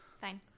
Fine